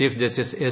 chief justice S